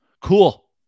cool